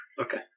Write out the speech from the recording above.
Okay